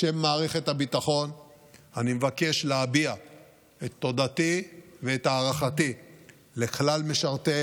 בשם מערכת הביטחון אני מבקש להביע את תודתי ואת הערכתי לכלל משרתות